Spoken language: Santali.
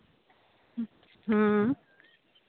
ᱦᱮᱸ